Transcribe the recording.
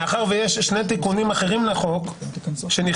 מאחר ויש שני תיקונים אחרים לחוק שנכנסו,